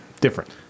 different